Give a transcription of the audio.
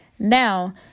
Now